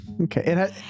Okay